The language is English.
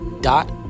dot